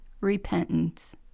repentance